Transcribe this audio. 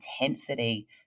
intensity